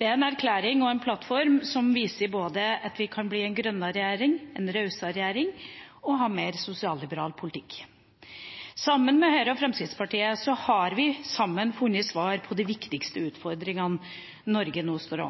Det er en erklæring og en plattform som viser at vi kan bli både en grønnere regjering, en rausere regjering og ha mer sosialliberal politikk. Sammen med Høyre og Fremskrittspartiet har vi funnet svar på de viktigste utfordringene Norge nå står